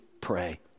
pray